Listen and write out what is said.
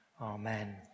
Amen